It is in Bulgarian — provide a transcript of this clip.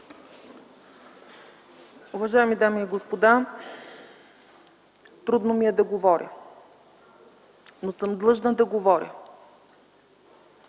Уважаеми дами и господа, трудно ми е да говоря, но съм длъжна да говоря.